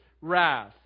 wrath